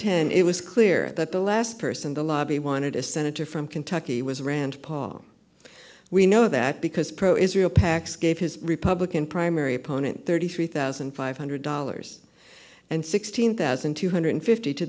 ten it was clear that the last person the lobby wanted a senator from kentucky was rand paul we know that because pro israel pacs gave his republican primary opponent thirty three thousand five hundred dollars and sixteen thousand two hundred fifty to